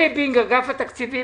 עלי בינג, אגף התקציבים.